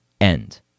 end